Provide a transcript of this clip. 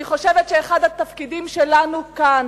אני חושבת שאחד התפקידים שלנו כאן,